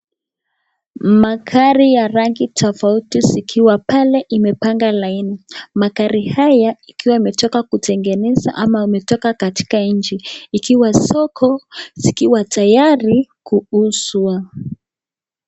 Magari ya rangi tofauti zikiwa pale imepanga laini. Magari haya ikiwa imetoka kutengeneza ama imetoka katika nchi ikiwa soko zikiwa tayari kuuzwa.